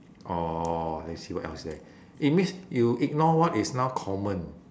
or let's see what else is there it means you ignore what is now common